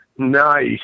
Nice